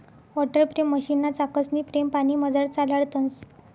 water frame मशीनना चाकसनी frame पानीमझार चालाडतंस